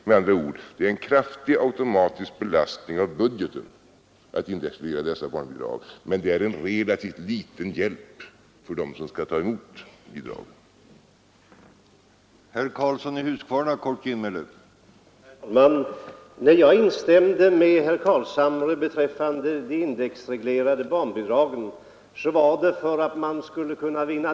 Med andra ord innebär det en kraftig automatisk belastning av budgeten att indexreglera barnbidragen, men det är en relativt liten hjälp för dem som skall ta emot bidragen.